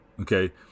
Okay